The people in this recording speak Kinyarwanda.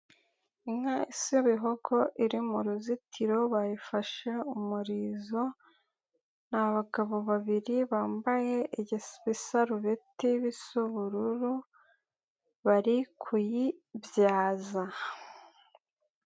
Inka sebehoko iri mu ruzitiro bayifashe umurizo, ni abagabo babiri bambaye igisarubeti bisa ubururu bari kuyibyaza.